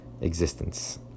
existence